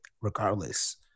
regardless